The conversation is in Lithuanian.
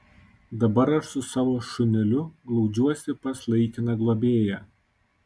dabar aš su savo šuneliu glaudžiuosi pas laikiną globėją